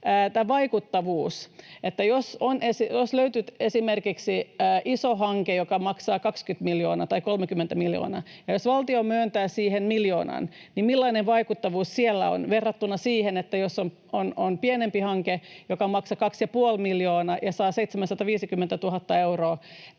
vaikuttavuus. Jos löytyy esimerkiksi iso hanke, joka maksaa 20 miljoonaa tai 30 miljoonaa, ja jos valtio myöntää siihen miljoonan, niin millainen vaikuttavuus sillä on verrattuna siihen, että jos on pienempi hanke, joka maksaa 2,5 miljoonaa ja saa 750 000 euroa